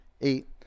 eight